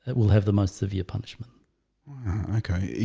but will have the most severe punishment okay